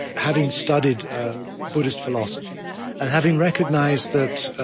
having studied buddhist philosophy and having recognized that,